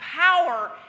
power